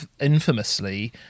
infamously